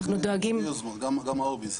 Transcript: ויש גם את הוביז,